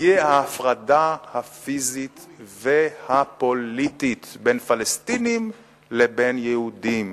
יהיה ההפרדה הפיזית והפוליטית בין פלסטינים לבין יהודים.